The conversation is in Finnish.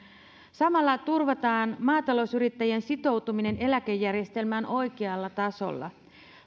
samalla turvataan maatalousyrittäjien sitoutuminen eläkejärjestelmään oikealla tasolla